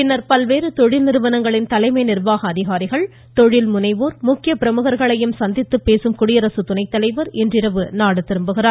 பின்னர் பல்வேறு தொழில் நிறுவனங்களின் தலைமை நிர்வாக அதிகாரிகள் தொழில் முனைவோர் முக்கிய பிரமுகர்களையும் சந்தித்து பேசும் குடியரசு துணைத்தலைவர் இன்றிரவு நாடு திரும்புகிறார்